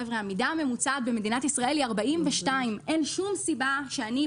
חבר'ה שהמידה הממוצעת במדינת ישראל היא 42. אין שום סיבה שאני,